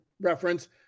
reference